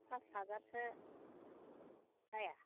pass हाजारसो जाया